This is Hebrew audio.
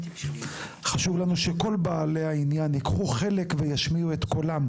חשוב לנו שכל בעלי העניין ייקחו חלק וישמיעו את קולם,